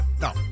No